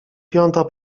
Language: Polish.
piąta